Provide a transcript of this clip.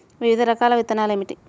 వివిధ రకాల విత్తనాలు ఏమిటి?